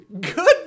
Good